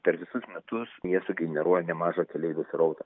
per visus metus jie sugeneruoja nemažą keleivių srautą